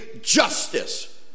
justice